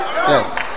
Yes